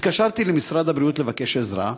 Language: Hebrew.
התקשרתי למשרד הבריאות לבקש עזרה,